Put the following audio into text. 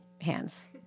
hands